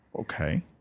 Okay